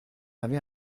avez